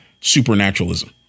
supernaturalism